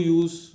use